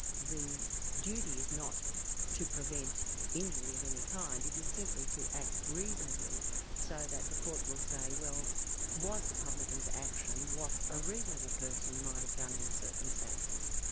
the duty is not to prevent injury of any kind, it is simply to act reasonably so that the court will say, well was the publican's action what a reasonable person might have done in the circumstances?